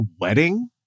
wedding